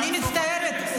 אני מצטערת,